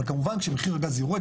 אבל כמובן כשמחיר הגז יורד,